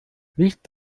licht